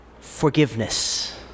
Forgiveness